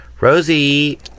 Rosie